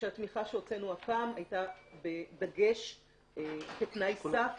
כשהתמיכה שהוצאנו הפעם היתה בדגש כתנאי סף,